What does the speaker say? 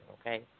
okay